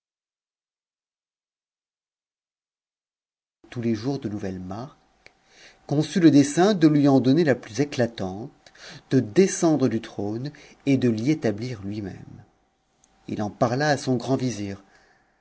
tous les jours de nouvelles marques conçut le dessein de lui en donner la plus éclatante de descendre du trône et de l'y établir tui même h en parla à son grand